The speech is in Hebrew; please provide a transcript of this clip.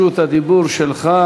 רשות הדיבור שלך,